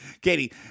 Katie